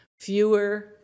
fewer